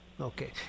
okay